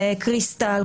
קריסטל,